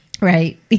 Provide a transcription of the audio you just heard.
right